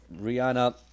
Rihanna